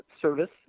service